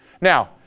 Now